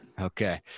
Okay